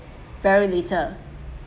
very little